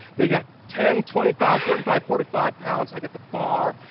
they got ten, twenty five, thirty five, forty five pounds. i got the bar.